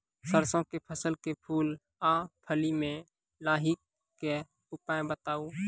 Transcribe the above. सरसों के फसल के फूल आ फली मे लाहीक के उपाय बताऊ?